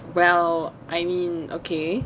well I mean okay